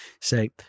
say